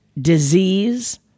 disease